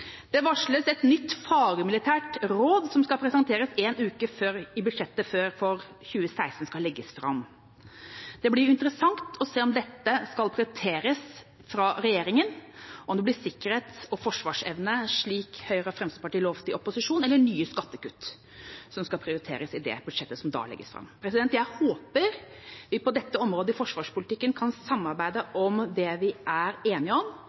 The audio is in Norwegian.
Det varsles et nytt fagmilitært råd, som skal presenteres en uke før budsjettet for 2016 skal legges fram. Det blir interessant å se om dette skal prioriteres fra regjeringa – om det blir sikkerhet og forsvarsevne, slik Høyre og Fremskrittspartiet lovte i opposisjon, eller om det er nye skattekutt som skal prioriteres i det budsjettet som da legges fram. Jeg håper vi på dette området i forsvarspolitikken kan samarbeide om det vi er enige om: